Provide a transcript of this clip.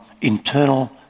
internal